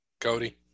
Cody